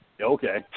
Okay